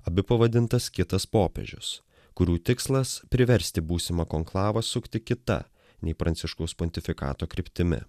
abi pavadintas kitas popiežius kurių tikslas priversti būsimą konklavą sukti kita nei pranciškaus pontifikato kryptimi